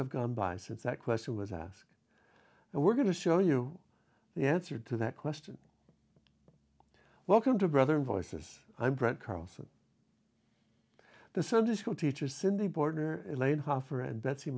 have gone by since that question was asked and we're going to show you the answer to that question welcome to brother voices i'm brett carlson the sunday school teacher cindy border elaine hoffer and that's the